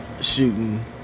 shooting